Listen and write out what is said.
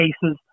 cases